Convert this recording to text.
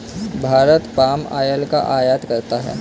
Bharat palm oil का आयात करता है